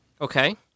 Okay